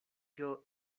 kill